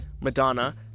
Madonna